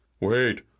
Wait